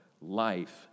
life